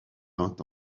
vingt